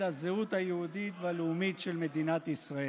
הזהות היהודית והלאומית של מדינת ישראל.